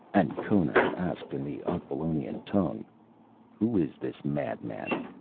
and conan asked, in the aquilonian tongue who is this madman?